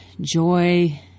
joy